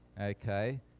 okay